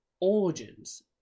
Origins